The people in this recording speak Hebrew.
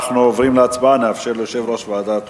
נאפשר ליושב-ראש ועדת החוקה,